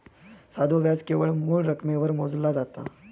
साधो व्याज केवळ मूळ रकमेवर मोजला जाता